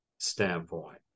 standpoint